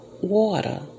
Water